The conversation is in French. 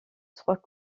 trois